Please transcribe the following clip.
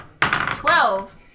twelve